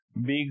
big